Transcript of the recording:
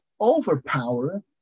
overpower